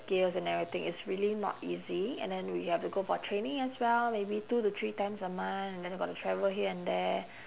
skills and everything it's really not easy and then we have to go for training as well maybe two to three times a month and then got to travel here and there